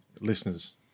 listeners